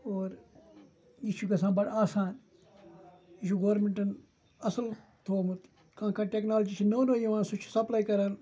اور یہِ چھِ گژھان بَڑٕ آسان یہِ چھِ گورمٮ۪نٛٹَن اَصٕل تھوٚومُت کانٛہہ کانٛہہ ٹٮ۪کنالجی چھِ نٔو نٔو یِوان سُہ چھِ سَپلاے کَران